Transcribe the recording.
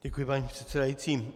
Děkuji, paní předsedající.